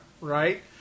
right